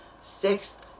sixth